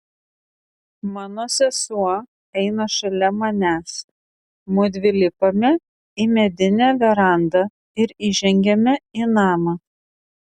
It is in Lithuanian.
mano sesuo eina šalia manęs mudvi lipame į medinę verandą ir įžengiame į namą